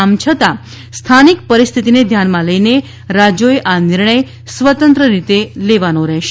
આમ છતાં સ્થાનિક પરિસ્થિતિને ધ્યાનમાં લઈને રાજ્યોએ આ નિર્ણય સ્વતંત્રરીતે લેવાનો રહેશે